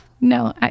No